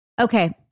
Okay